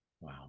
Wow